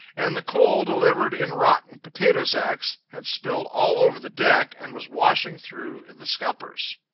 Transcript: and the coal, delivered in rotten potato-sacks, had spilled all over the deck and was washing through the scuppers.